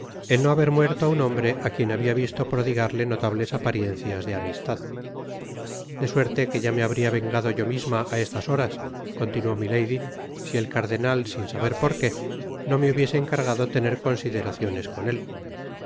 el no haber muerto á un hombre á quien habia visto prodigarle notables apariencias de amistad de suerte que ya me habria vengado yo misma á estas horas continuó milady si el cardenal sin saber porque no me hubiese encargado tener consideraciones con él